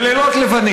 ואתה רוצה,